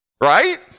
Right